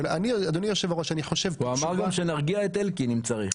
הוא אמר גם שנרגיע את אלקין אם צריך.